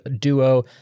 duo